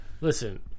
Listen